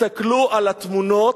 תסתכלו על התמונות,